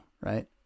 right